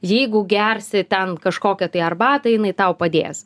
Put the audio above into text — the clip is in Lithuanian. jeigu gersi ten kažkokią tai arbatą jinai tau padės